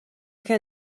can